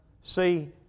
See